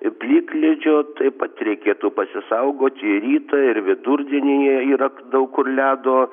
plikledžio taip pat reikėtų pasisaugoti rytą ir vidurdienyje yra daug kur ledo